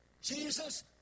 Jesus